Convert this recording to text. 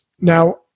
Now